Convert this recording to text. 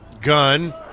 Gun